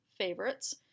Favorites